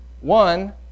one